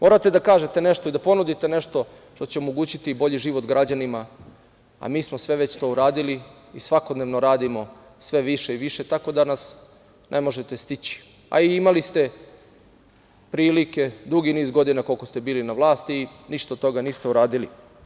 Morate da kažete nešto i da ponudite nešto što će omogućiti bolji život građanima, a mi smo sve već to uradili i svakodnevno radimo sve više i više, tako da nas ne možete stići, a i imali ste prilike dugi niz godina koliko ste bili na vlasti i ništa od toga niste uradili.